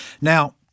Now